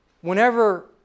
whenever